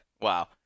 Wow